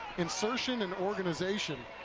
insertion and organization,